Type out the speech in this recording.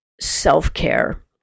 self-care